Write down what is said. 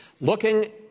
Looking